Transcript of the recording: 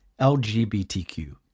LGBTQ